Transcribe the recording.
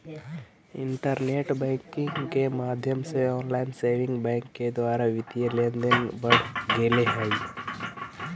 internet banking के माध्यम से ऑनलाइन सेविंग बैंक के द्वारा वित्तीय लेनदेन बढ़ गेले हइ